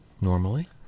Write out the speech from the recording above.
normally